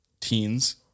teens